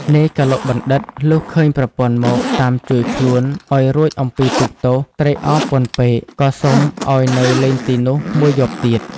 នាយកឡុកបណ្ឌិត លុះឃើញប្រពន្ធមក តាមជួយខ្លួនឲ្យរួចអំពីទុក្ខទោស ត្រេកអរពន់ពេក ក៏សុំឲ្យនៅលេងទីនោះមួយយប់ទៀត ។